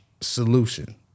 solution